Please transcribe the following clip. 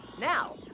Now